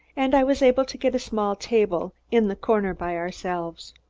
and i was able to get a small table, in the corner by ourselves.